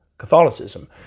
Catholicism